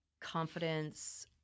confidence